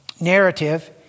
narrative